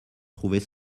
trouver